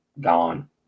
gone